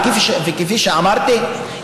וכפי שאמרתי,